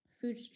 food